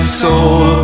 soul